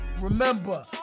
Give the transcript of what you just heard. Remember